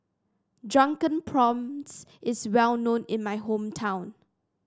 Drunken Prawns is well known in my hometown